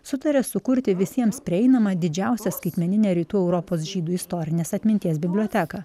sutarė sukurti visiems prieinamą didžiausią skaitmeninę rytų europos žydų istorinės atminties biblioteką